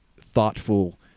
thoughtful